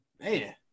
Man